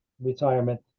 retirement